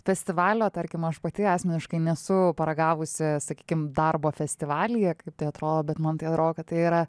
festivalio tarkim aš pati asmeniškai nesu paragavusi sakykim darbo festivalyje kaip tai atrodo bet man tai atrodo kad tai yra